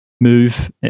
move